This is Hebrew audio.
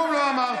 כלום לא אמרתם.